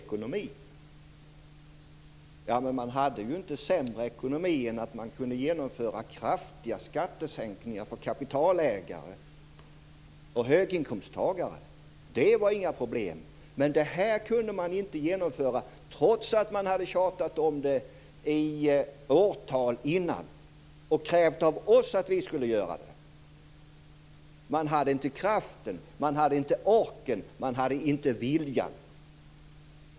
Men ekonomin var inte sämre än att de borgerliga kunde genomföra kraftiga skattesänkningar för kapitalägare och höginkomsttagare. Det var inga problem! Men detta kunde de inte genomföra, trots att de hade tjatat om det i åratal och krävt att vi socialdemokrater skulle göra det. De hade inte kraften, inte orken och inte viljan.